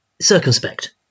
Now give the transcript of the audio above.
circumspect